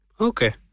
Okay